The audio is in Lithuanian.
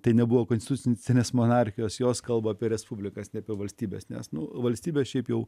tai nebuvo konstitucinės monarchijos jos kalba apie respublikas nebe valstybės nes nuo valstybės šiaip jau